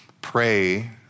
pray